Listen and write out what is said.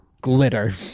glitter